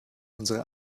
unsere